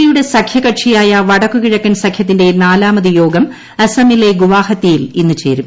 എയുടെ സഖ്യകക്ഷിയായ വടക്കു കിഴക്കൻ സഖ്യത്തിന്റെ നാലാമത് യോഗം അസ്സമിലെ ഗുവാഹത്തിയിൽ ഇന്ന് ചേരും